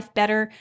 better